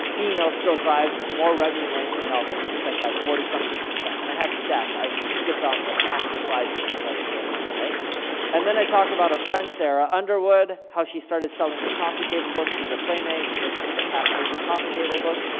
emails still drive more revenue than anything else. i think it's like by forty something percent, and i have stats, i skipped on like half the slides in this presentation. and then i talk about a friend, sara underwood, how she started selling her coffee-table book. she's a playmate. it was pretty much, half-naked coffee-table books,